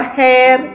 hair